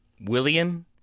William